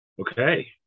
Okay